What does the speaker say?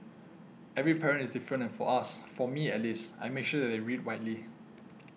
every parent is different and for us for me at least I make sure that they read widely